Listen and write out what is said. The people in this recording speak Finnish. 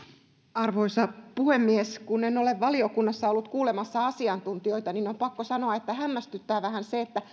arvoisa puhemies kun en ole valiokunnassa ollut kuulemassa asiantuntijoita on pakko sanoa että hämmästyttää vähän